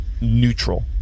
neutral